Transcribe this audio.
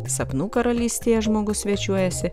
sapnų karalystėje žmogus svečiuojasi